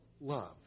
love